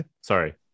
Sorry